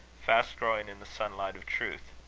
fast growing in the sunlight of truth.